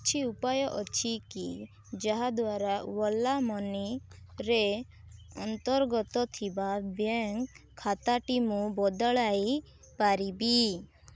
କିଛି ଉପାୟ ଅଛି କି ଯାହାଦ୍ୱାରା ଓଲା ମନିରେ ଅନ୍ତର୍ଗତ ଥିବା ବ୍ୟାଙ୍କ ଖାତାଟି ମୁଁ ବଦଳାଇ ପାରିବି